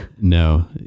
No